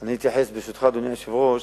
אני אתייחס, ברשותך, אדוני היושב-ראש,